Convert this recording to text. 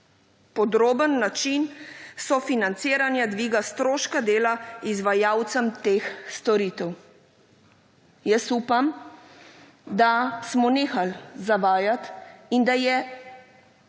podroben način sofinanciranja dviga stroška dela izvajalcem teh storitev. Jaz upam, da smo nehali zavajati in da je moja